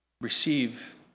receive